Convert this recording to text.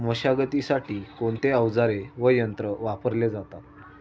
मशागतीसाठी कोणते अवजारे व यंत्र वापरले जातात?